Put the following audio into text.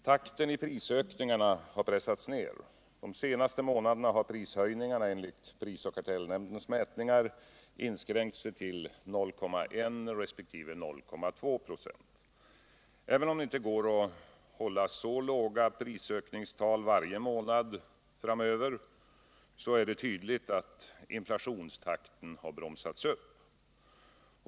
Takten i prisökningarna har pressats ner. De senaste månaderna har prishöjningarna enligt prisoch kartellnämndens mätningar inskränkt sig till 0,1 resp. 0,2 96. Även om det inte går att hålla så låga prisökningstal varje månad framöver, är det tydligt att inflationstakten har bromsats upp.